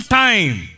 time